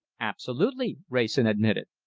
absolutely, wrayson admitted.